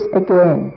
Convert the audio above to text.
again